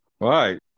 Right